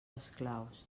esclaus